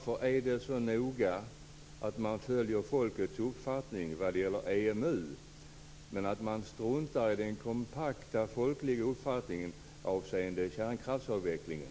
Varför är det så noga att man följer folkets uppfattning när det gäller EMU när man struntar i den kompakta folkliga uppfattningen avseende kärnkraftsavvecklingen?